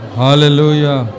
hallelujah